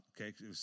okay